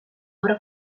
obra